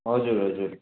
हजुर हजुर